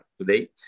today